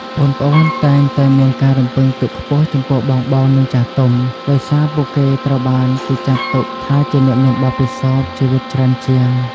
ប្អូនៗតែងតែមានការរំពឹងទុកខ្ពស់ចំពោះបងៗ និងចាស់ទុំ ដោយសារពួកគេត្រូវបានគេចាត់ទុកថាជាអ្នកមានបទពិសោធន៍ជីវិតច្រើនជាង។